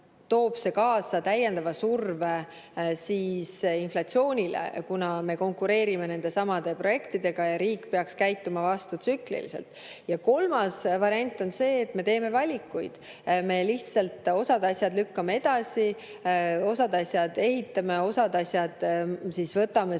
see kaasa täiendava surve inflatsioonile, kuna me konkureerime nendesamade projektidega ja riik peaks käituma vastutsükliliselt. Ja kolmas variant on see, et me teeme valikuid ja lihtsalt osa asju lükkame edasi, osa asju ehitame, osa asju võtame